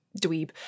dweeb